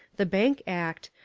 the bank act,